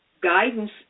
guidance